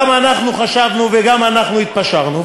גם אנחנו חשבנו וגם אנחנו התפשרנו,